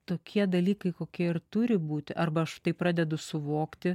tokie dalykai kokie ir turi būti arba štai pradedu suvokti